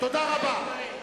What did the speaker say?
תודה רבה.